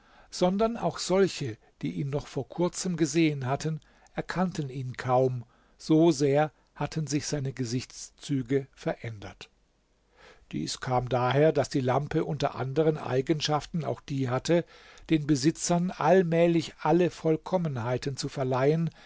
sondern auch solche die ihn noch vor kurzem gesehen hatten erkannten ihn kaum so sehr hatten sich seine gesichtszüge verändert dies kam daher daß die lampe unter anderen eigenschaften auch die hatte den besitzern allmählich alle vollkommenheiten zu verleihen